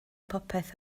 popeth